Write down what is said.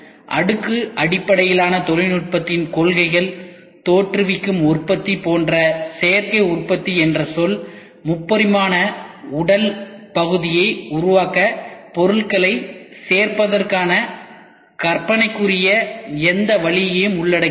அடுக்கு அடிப்படையிலான தொழில்நுட்பத்தின் கொள்கைகள் தோற்றுவிக்கும் உற்பத்தி போன்ற சேர்க்கை உற்பத்தி என்ற சொல் முப்பரிமாண உடல் பகுதியை உருவாக்க பொருள்களை சேர்ப்பதற்கான கற்பனைக்குரிய எந்த வழியையும் உள்ளடக்கியது